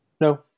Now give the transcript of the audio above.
No